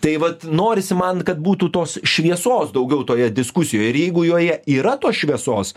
tai vat norisi man kad būtų tos šviesos daugiau toje diskusijoje ir jeigu joje yra tos šviesos